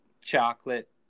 chocolate